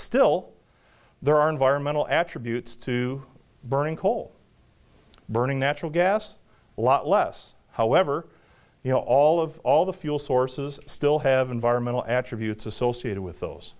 still there are environmental attributes to burning coal burning natural gas a lot less however you know all of all the fuel sources still have environmental attributes associated with those